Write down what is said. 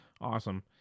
Awesome